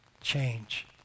change